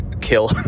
kill